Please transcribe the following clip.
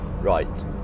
right